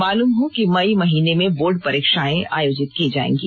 मालूम हो कि मई महीने में बोर्ड परीक्षाएं आयोजित की जाएंगी